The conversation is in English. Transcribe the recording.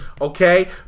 okay